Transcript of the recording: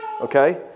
okay